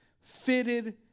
fitted